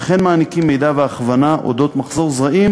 וכן הם מעניקים מידע והכוונה על מחזור זרעים